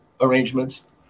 arrangements